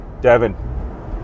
Devin